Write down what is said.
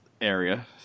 area